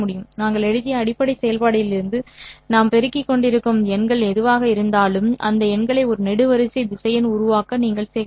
நாங்கள் எழுதிய அடிப்படை செயல்பாட்டிலிருந்து நாம் பெருக்கிக் கொண்டிருக்கும் எண்கள் எதுவாக இருந்தாலும் அந்த எண்களை ஒரு நெடுவரிசை திசையன் உருவாக்க நீங்கள் சேகரிக்கலாம்